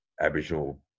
Aboriginal